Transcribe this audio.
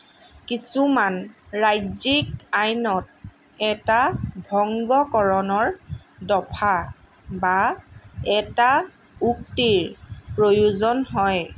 কিছুমান ৰাজ্যিক আইনত এটা ভংগকৰণৰ দফা বা এটা উক্তিৰ প্ৰয়োজন হয়